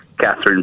Catherine